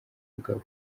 bagabo